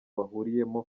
bahuriyemo